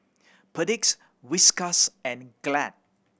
Perdix Whiskas and Glad